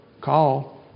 call